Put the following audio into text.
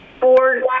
four